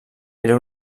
era